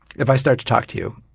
if i start to talk to you,